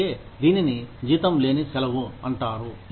అందుకే దీనిని జీతం లేని సెలవు అంటారు